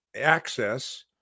access